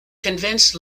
convinced